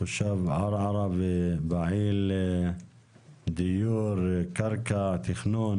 תושב ערערה ופעיל דיור, תכנון,